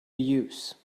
use